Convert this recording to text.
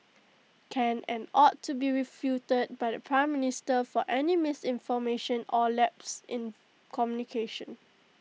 can and ought to be refuted by the Prime Minister for any misinformation or lapses in communication